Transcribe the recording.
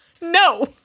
No